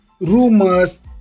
rumors